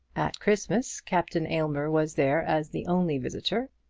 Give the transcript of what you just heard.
at christmas, captain aylmer was there as the only visitor,